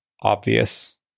obvious